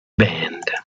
band